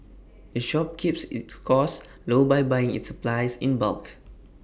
the shop keeps its costs low by buying its supplies in bulk